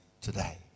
today